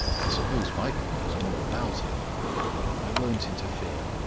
i suppose michael knows more about it and i won't interfere.